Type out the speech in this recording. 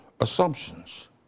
assumptions